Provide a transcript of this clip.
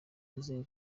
yizeye